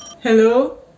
Hello